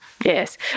Yes